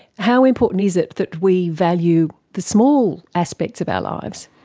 how important is it that we value the small aspects of our lives?